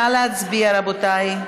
נא להצביע, רבותיי.